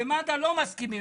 ומד"א לא מסכימים,